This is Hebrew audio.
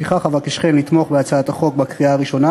לפיכך אבקשכם לתמוך בהצעת החוק בקריאה הראשונה